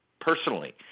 personally